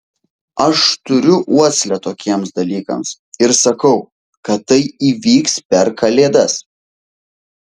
aš turiu uoslę tokiems dalykams ir sakau kad tai įvyks per kalėdas